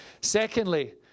Secondly